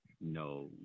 No